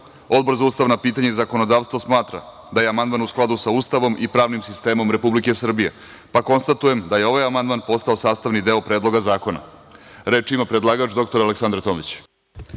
za ustavna pitanja i zakonodavstvo smatra da je amandman u skladu sa Ustavom i pravnim sistemom Republike Srbije, pa konstatujem da je ovaj amandman postao sastavni deo Predloga zakona. Reč ima predlagač, dr Aleksandra Tomić.